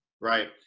right